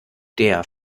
der